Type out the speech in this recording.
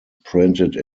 printed